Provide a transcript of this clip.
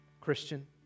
Christian